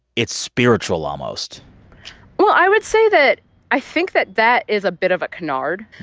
it's spiritual almost well, i would say that i think that that is a bit of a canard.